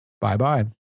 Bye-bye